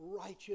righteous